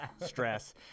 stress